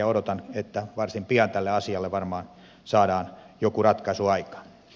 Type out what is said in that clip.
odotan että varsin pian tähän asiaan varmaan saadaan joku ratkaisu aikaan